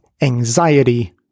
anxiety